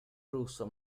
russo